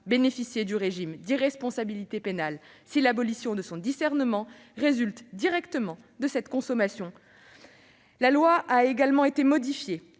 bénéficier du régime de l'irresponsabilité pénale si l'abolition de son discernement résulte directement de cette consommation. La loi a également été modifiée,